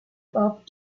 bob